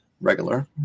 regular